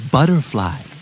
Butterfly